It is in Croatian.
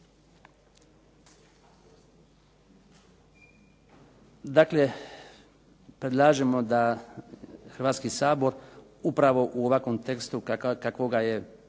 Dakle, predlažemo da Hrvatski sabor upravo u ovakvom tekstu kakvog ga je